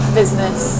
business